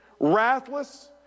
wrathless